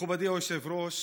מכובדי היושב-ראש,